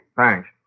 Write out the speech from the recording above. Thanks